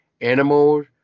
Animals